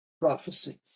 Prophecy